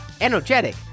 energetic